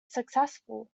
successful